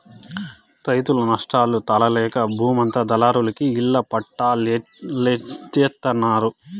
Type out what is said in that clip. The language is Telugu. రైతులు నష్టాలు తాళలేక బూమంతా దళారులకి ఇళ్ళ పట్టాల్జేత్తన్నారు